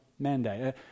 Mandate